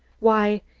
why,